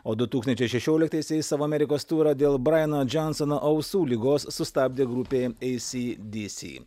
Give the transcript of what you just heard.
o du tūkstančiai šešioliktaisiais savo amerikos turą dėl brajano džonsono ausų ligos sustabdė grupė ei sy dy sy